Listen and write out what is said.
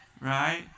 right